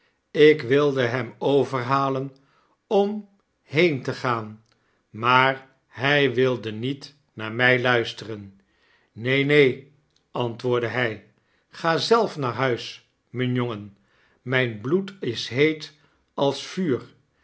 ik wilde hem overhalen om heen te gaan maar hij wilde niet naar mjj luisteren neen neen antwoordde htj ga gjj zelf naar huis mjn jongen mijn bloed is heet als vuur